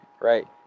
right